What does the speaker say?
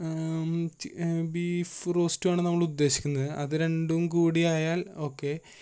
beef റോസ്റ്റുമാണ് നമ്മള് ഉദ്ദേശിക്കുന്നത് അത് രണ്ടും കൂടിയായാൽ ഒക്കെ